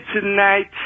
tonight